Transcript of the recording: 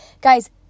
Guys